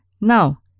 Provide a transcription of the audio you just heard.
Now